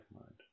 mind